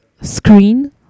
screen